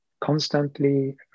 constantly